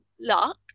luck